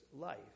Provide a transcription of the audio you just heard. life